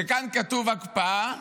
כשכאן כתוב הקפאה,